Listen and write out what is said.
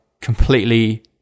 completely